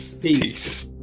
Peace